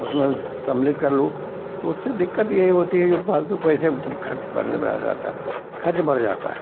उसमें सम्मलित कर लो तो उससे दिक्कत ये होती है कि फालतू पैसे खर्च खर्च बढ़ जाता है